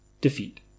defeat